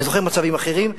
אני זוכר מצבים אחרים,